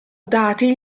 dati